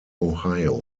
ohio